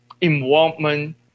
involvement